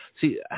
See